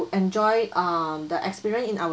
enjoy um the experience in our